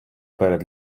перед